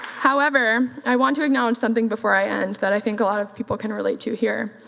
however, i want to acknowledge something before i end that i think a lot of people can relate to here.